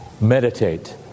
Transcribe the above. meditate